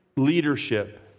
leadership